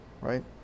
right